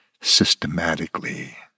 systematically